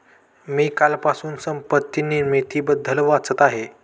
मी कालपासून संपत्ती निर्मितीबद्दल वाचत आहे